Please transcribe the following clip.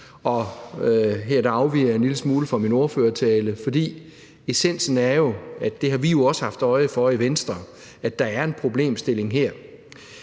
Og her afviger jeg en lille smule fra min ordførertale. For essensen er – og det har vi jo også haft øje for i Venstre – at der er en problemstilling her.